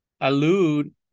allude